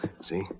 See